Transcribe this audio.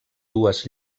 dues